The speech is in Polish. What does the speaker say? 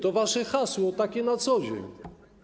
To wasze hasło, takie na co dzień.